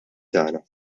tagħna